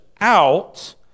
out